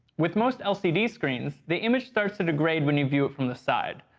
with most lcd screens, the image starts to degrade when you view it from the side,